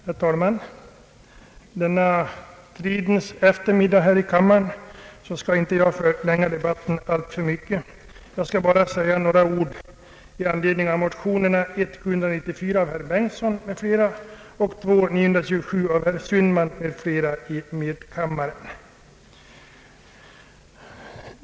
Herr talman! Denna fridens eftermiddag här i kammaren skall jag inte förlänga debatten alltför mycket. Jag vill bara säga några ord i anledning av motionerna 1:794 av herr Bengtson m.fl. och II: 927 av herr Sundman m.fl.